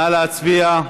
נא להצביע.